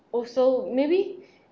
also maybe